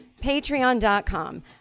patreon.com